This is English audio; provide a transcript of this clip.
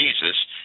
Jesus